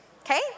okay